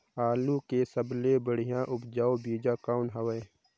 आलू के सबले बढ़िया उपजाऊ बीजा कौन हवय?